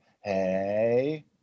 Hey